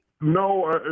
No